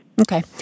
Okay